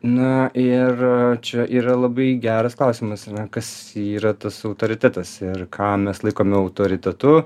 na ir čia yra labai geras klausimas kas yra tas autoritetas ir ką mes laikome autoritetu